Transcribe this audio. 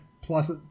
plus